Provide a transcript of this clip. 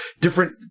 different